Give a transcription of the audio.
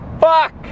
fuck